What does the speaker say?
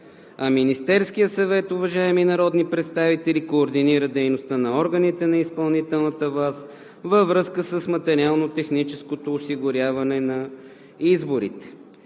а Министерският съвет, уважаеми народни представители, координира дейността на органите на изпълнителната власт във връзка с материално-техническото осигуряване на изборите.